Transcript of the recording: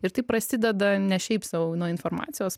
ir tai prasideda ne šiaip sau nuo informacijos